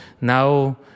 now